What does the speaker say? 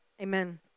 Amen